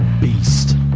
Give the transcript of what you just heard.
beast